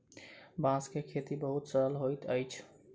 बांस के खेती बहुत सरल होइत अछि